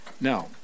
Now